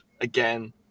again